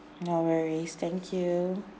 no worries thank you